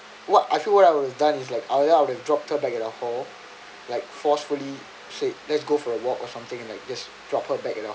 what I feel what I would've done is like I then I would have dropped her back in her hall like forcefully said let's go for a walk or something and like just drop her back in her